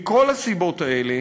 מכל הסיבות האלה